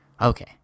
Okay